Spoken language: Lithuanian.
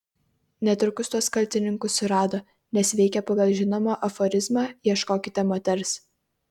netrukus tuos kaltininkus surado nes veikė pagal žinomą aforizmą ieškokite moters